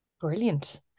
brilliant